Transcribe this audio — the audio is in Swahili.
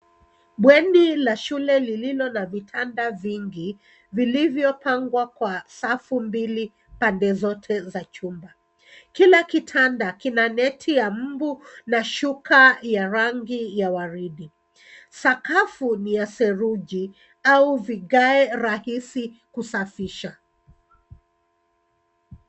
Bweni la shule lililo na vitanda vingi vilivyopangwa kwa safu mbili pande zote za chumba. Kila kitanda kina neti ya mbu na shuka ya rangi ya waridi, sakafu ni ya seruji au vigae rahisi kusafisha.